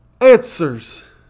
answers